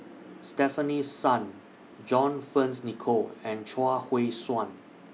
Stefanie Sun John Fearns Nicoll and Chuang Hui Tsuan